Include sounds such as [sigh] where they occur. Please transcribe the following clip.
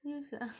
use lah [breath]